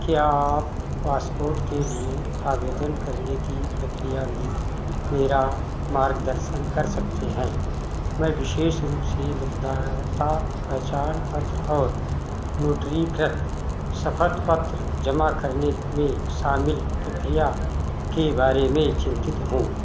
क्या आप पासपोर्ट के लिए आवेदन करने की प्रक्रिया में मेरा मार्गदर्शन कर सकते हैं मैं विशेष रूप से मतदाता पहचान पत्र और नोटरी कृत शपथ पत्र जमा करने में शामिल प्रक्रिया के बारे में चिंतित हूँ